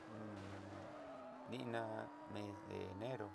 ninna mes de enro,